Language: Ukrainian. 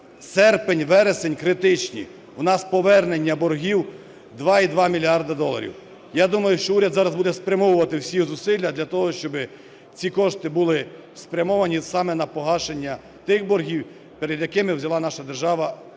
серпень-вересень критичні. У нас повернення боргів 2,2 мільярда доларів. Я думаю, що уряд зараз буде спрямовувати всі зусилля для того, щоб ці кошти були спрямовані саме на погашення тих боргів, перед якими взяла наша держава